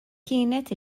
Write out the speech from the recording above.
kienet